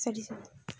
sorry sorry